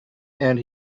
and